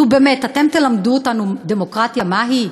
נו, באמת, אתם תלמדו אותנו דמוקרטיה מהי?